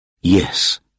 Yes